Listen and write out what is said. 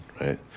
right